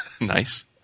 Nice